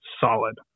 solid